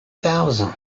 thousand